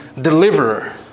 deliverer